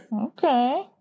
Okay